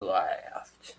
laughed